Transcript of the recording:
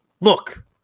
look